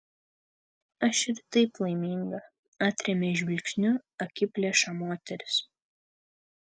aš ir taip laiminga atrėmė žvilgsniu akiplėšą moteris